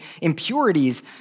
impurities